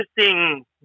interesting